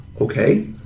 Okay